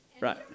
Right